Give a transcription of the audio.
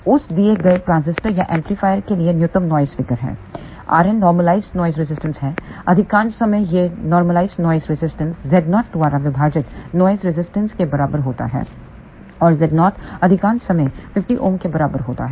NFminउस दिए गए ट्रांजिस्टर या एम्पलीफायर के लिए न्यूनतम नॉइस फिगर है rn नॉर्मलाइज्ड नॉइस रजिस्टेंस है अधिकांश समय यह नॉर्मलाइज्ड नॉइस रजिस्टेंस Z0 द्वारा विभाजित नॉइस रजिस्टेंस के बराबर होता है और Z0 अधिकांश समय 50Ω के बराबर होता है